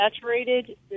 saturated